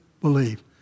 believe